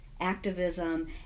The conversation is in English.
activism